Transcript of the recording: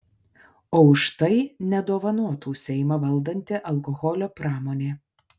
o už tai nedovanotų seimą valdanti alkoholio pramonė